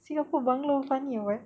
singapore bungalow funny [what]